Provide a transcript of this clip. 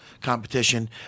competition